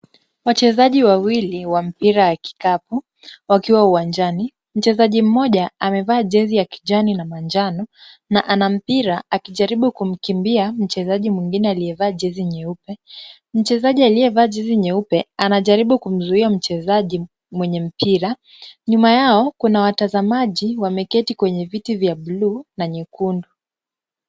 Wachezaji wawili wa mpira ya kikapu wakiwa uwanjani. Mchezaji mmoja amevaa jezi ya kijani na manjano na ana mpira akijaribu kumkimbia mchezaji mwingine aliyevaa jezi nyeupe. Mchezaji aliyevaa jezi nyeupe anajaribu kumzuia mchezaji mwenye mpira. Nyuma yao kuna watazamaji wameketi kwenye viti vya bluu na nyekundu.